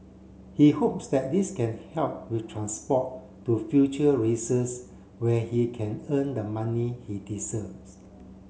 he hopes that this can help with transport to future races where he can earn the money he deserves